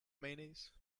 mayonnaise